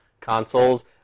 consoles